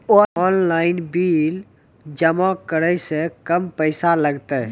Online bill जमा करै से कम पैसा लागतै?